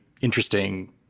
interesting